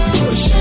push